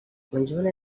conjunt